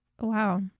Wow